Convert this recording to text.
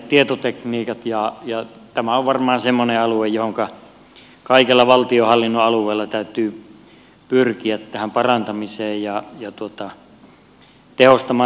tämä on varmaan semmoinen alue missä kaikilla valtionhallinnon alueilla täytyy pyrkiä parantamiseen ja tekniikan tehostamiseen